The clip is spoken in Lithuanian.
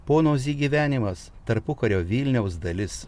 pono zy gyvenimas tarpukario vilniaus dalis